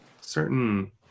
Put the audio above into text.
certain